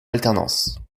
alternance